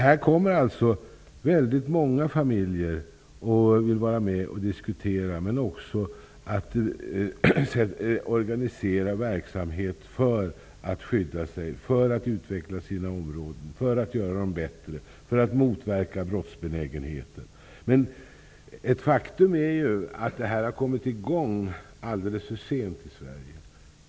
Dit kommer väldigt många familjer och vill vara med och diskutera, men de vill också organisera verksamhet för att skydda sig och för att utveckla sina områden för att göra dem bättre och för att motverka brottsbenägenheten. Ett faktum är att den här verksamheten har kommit i gång alldeles för sent i Sverige.